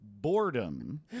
boredom